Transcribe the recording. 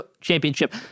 Championship